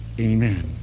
Amen